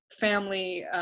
family